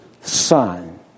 son